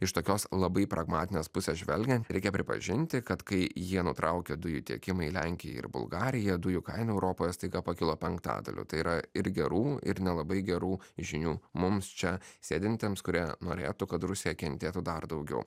iš tokios labai pragmatinės pusės žvelgiant reikia pripažinti kad kai ji nutraukė dujų tiekimą į lenkiją ir bulgariją dujų kaina europoje staiga pakilo penktadaliu tai yra ir gerų ir nelabai gerų žinių mums čia sėdintiems kurie norėtų kad rusija kentėtų dar daugiau